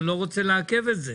אני לא רוצה לעכב את זה.